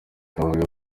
avuga